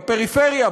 בפריפריה,